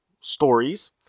stories